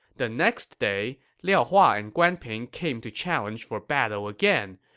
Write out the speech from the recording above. the next day, liao hua and guan ping came to challenge for battle again,